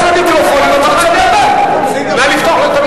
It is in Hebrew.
מולה, אני אוציא אותך.